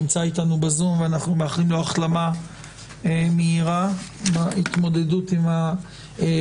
נמצא אתנו בזום ואנחנו מאחלים לו החלמה מהירה בהתמודדות עם הקורונה.